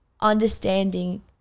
understanding